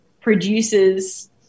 produces